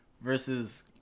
versus